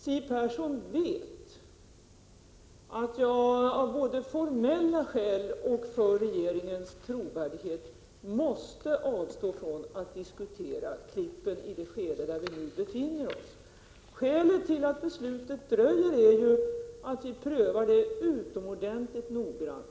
Siw Persson vet att jag av både formella skäl och för regeringens trovärdighet måste avstå från att diskutera Klippen i det skede där vi befinner oss. Skälet till att beslutet dröjer är att vi prövar ärendet utomordentligt noggrant.